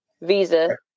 Visa